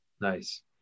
Nice